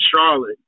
Charlotte